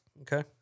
okay